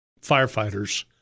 firefighters